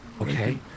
Okay